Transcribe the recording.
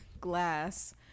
glass